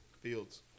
Fields